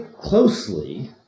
closely